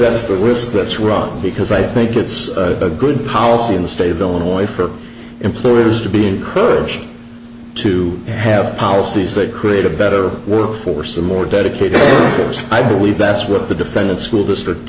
risk that's wrong because i think it's a good policy in the state of illinois for employers to be encouraged to have policies that create a better workforce a more dedicated i believe that's what the defendant school district